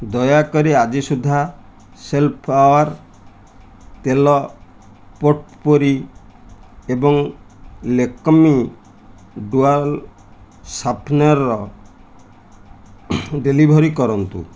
ଦୟାକରି ଆଜି ସୁଦ୍ଧା ସନ୍ଫ୍ଲାୱାର୍ ତେଲ ପୋଟପୋରି ଏବଂ ଲେକମି ଡୁଆଲ୍ ସାର୍ଫନାର୍ର ଡେଲିଭରିି କରନ୍ତୁ